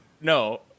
No